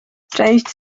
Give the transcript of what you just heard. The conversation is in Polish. część